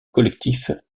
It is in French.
collectif